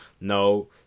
No